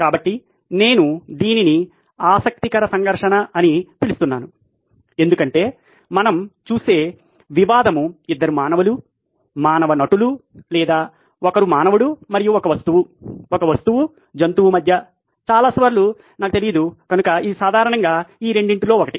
కాబట్టి నేను దీనిని ఆసక్తికర సంఘర్షణ అని పిలుస్తున్నాను ఎందుకంటే మనం చూసే వివాదం ఇద్దరు మానవులు మానవ నటులు లేదా ఒకరు మానవుడు మరియు ఒక వస్తువు ఒక వస్తువు జంతువు మధ్య చాలా సార్లు నాకు తెలియదు కనుక ఇది సాధారణంగా ఈ రెండింటిలో ఒకటి